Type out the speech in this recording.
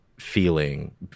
feeling